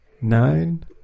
nine